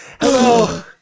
Hello